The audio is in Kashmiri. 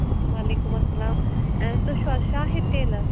وعلیکُم اسلام تُہۍ چھُو حظ شاہِد ٹیٚلَر